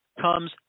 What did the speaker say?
comes